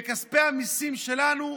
בכספי המיסים שלנו,